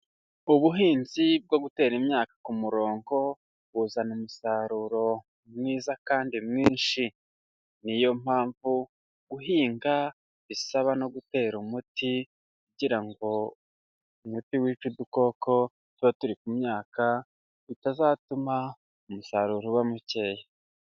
Ubuhinzi bwo gutera imyaka ku murongo, buzana umusaruro mwiza kandi mwinshi, niyo mpamvu guhinga bisaba no gutera umuti, kugira ngo umuti wica udukoko tuba turi ku myaka bitazatuma umusaruro uba mukeya.